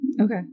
Okay